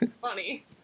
funny